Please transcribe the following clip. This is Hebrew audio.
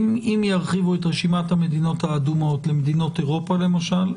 אם ירחיבו את רשימת המדינות האדומות למדינות אירופה למשל,